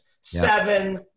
Seven